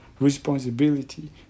responsibility